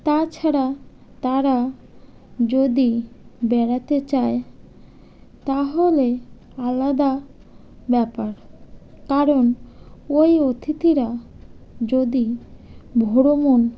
তাছাড়া তারা যদি বেড়াতে চায় তাহলে আলাদা ব্যাপার কারণ ওই অতিথিরা যদি বাহ্মণ